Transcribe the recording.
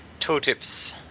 tooltips